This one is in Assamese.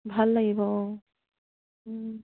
ভাল লাগিব অঁ